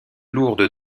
lourdes